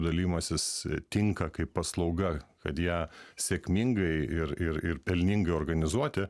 dalijimasis tinka kaip paslauga kad ją sėkmingai ir ir ir pelningai organizuoti